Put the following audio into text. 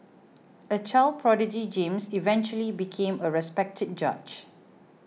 a child prodigy James eventually became a respected judge